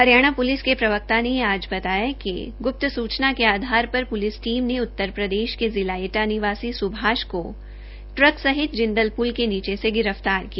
Haryana police के प्रवक्ता ने आज यहां यह जानकारी देते हुए बताया कि गुप्त सूचना के आधार पर पुलिस टीम ने उत्तर प्रदेश के जिला एटा निवासी सुभाष को ट्रक सहित जिंदल पुल के नीचे से गिरफ्तार किया